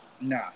Nah